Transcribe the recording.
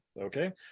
okay